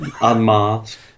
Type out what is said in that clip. unmasked